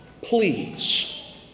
please